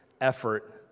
effort